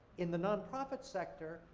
in the non-profit sector,